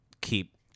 keep